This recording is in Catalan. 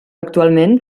actualment